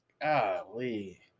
golly